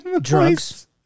Drugs